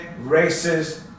racist